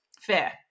Fair